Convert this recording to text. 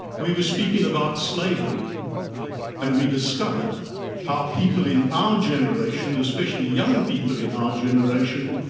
we were speaking about slavery and we discovered how people in our generation, especially young people in our generation,